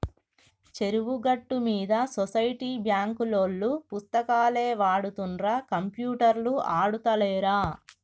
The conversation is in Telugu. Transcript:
చెరువు గట్టు మీద సొసైటీ బాంకులోల్లు పుస్తకాలే వాడుతుండ్ర కంప్యూటర్లు ఆడుతాలేరా